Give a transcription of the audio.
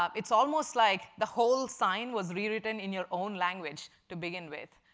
um it's almost like the whole sign was rewritten in your own language to begin with,